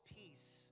peace